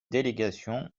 délégation